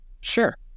Sure